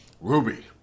Ruby